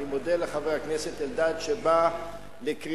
אני מודה לחבר הכנסת אלדד שבא לקריאתי,